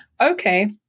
okay